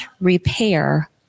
repair